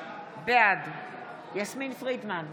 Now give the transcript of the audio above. בעד יסמין פרידמן,